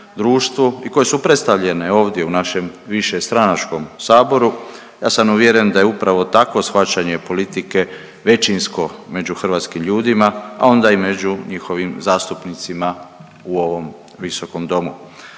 i koje su predstavljene ovdje u našem višestranačkom Saboru, ja sam uvjeren da je upravo takvo shvaćanje politike većinsko među hrvatskim ljudima, a onda i među njihovim zastupnicima u ovom visokom domu.